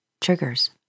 Triggers